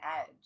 edge